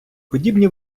подібні